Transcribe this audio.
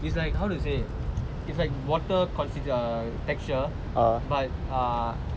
it's like how to say it's like water consis~ texture err but err